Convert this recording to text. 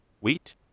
wheat